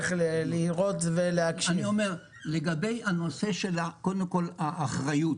לגבי נושא האחריות,